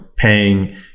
paying